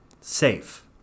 safe